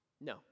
No